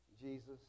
Jesus